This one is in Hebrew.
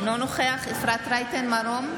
אינו נוכח אפרת רייטן מרום,